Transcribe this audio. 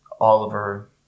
Oliver